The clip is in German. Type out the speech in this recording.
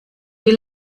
die